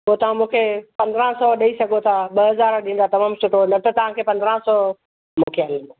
पोइ तव्हां मूंखे पंदरहां सौ ॾेई सघो था ॿ हज़ार ॾींदा तमामु सुठो न त तव्हांखे पंदरहां सौ मूखे हलंदो